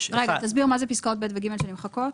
תסביר מהן פסקאות (ב) ו-(ג) שנמחקות.